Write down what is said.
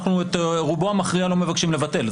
ואנחנו את רובו המכריע לא מבקשים לבטל.